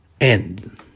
end